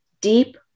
deep